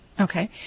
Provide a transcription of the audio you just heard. Okay